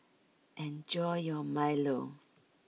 enjoy your milo